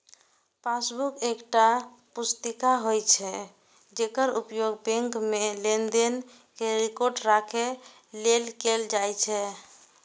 passbook एकटा पुस्तिका होइ छै, जेकर उपयोग बैंक मे लेनदेन के रिकॉर्ड राखै लेल कैल जाइ छै